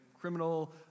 criminal